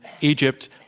Egypt